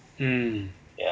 mm